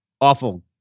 awful